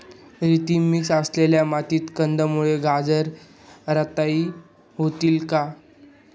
रेती मिक्स असलेल्या मातीत कंदमुळे, गाजर रताळी होतील का?